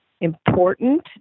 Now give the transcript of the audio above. important